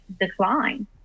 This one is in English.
decline